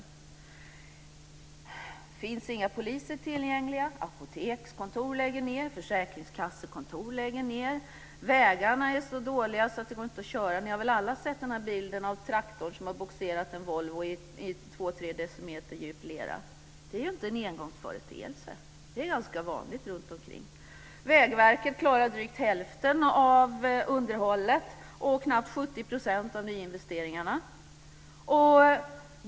Det finns inga poliser tillgängliga. Apotekskontor lägger ned. Försäkringskassekontor lägger ned. Vägarna är så dåliga att det inte går att köra. Ni har väl alla sett bilden av traktorn som har bogserat en Volvo i två tre decimeter djup lera. Det är ju inte en engångsföreteelse. Det är ganska vanligt runtomkring i landet. Vägverket klarar drygt hälften av underhållet och knappt 70 % av nyinvesteringarna.